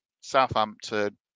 Southampton